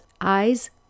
eyes